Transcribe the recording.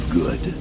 good